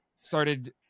started